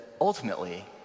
ultimately